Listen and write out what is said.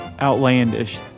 outlandish